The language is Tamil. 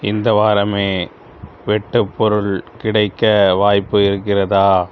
இந்த வாரமே வெட்டு பொருள் கிடைக்க வாய்ப்பு இருக்கிறதா